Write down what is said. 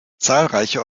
zahlreiche